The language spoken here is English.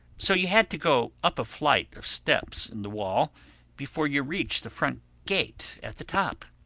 so you had to go up a flight of steps in the wall before you reached the front gate at the top.